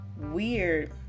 weird